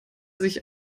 sich